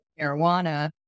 marijuana